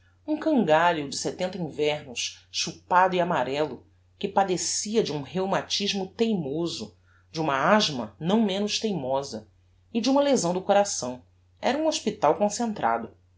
um cangalho de setenta invernos chupado e amarellado que padecia de um rheumatismo teimoso de uma asthma não menos teimosa e de uma lesão do coração era um hospital concentrado